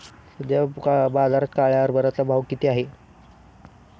सध्या बाजारात काळ्या हरभऱ्याचा भाव किती आहे?